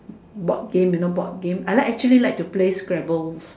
board game you know board game I like actually like to play scrabbles